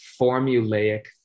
formulaic